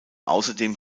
außerdem